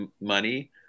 money